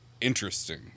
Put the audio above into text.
interesting